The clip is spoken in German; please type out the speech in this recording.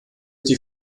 die